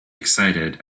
excited